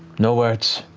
no words,